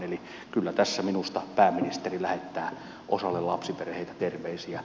eli kyllä tässä minusta pääministeri lähettää osalle lapsiperheitä terveisiä